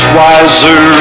wiser